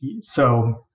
so-